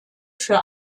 für